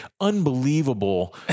unbelievable